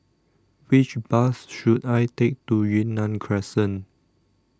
Which Bus should I Take to Yunnan Crescent